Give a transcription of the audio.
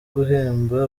guhemba